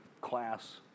class